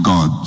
God